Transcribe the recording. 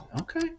Okay